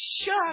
shut